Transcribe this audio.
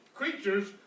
creatures